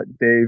Dave